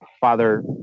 Father